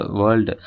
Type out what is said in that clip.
world